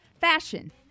fashion